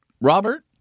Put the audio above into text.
Robert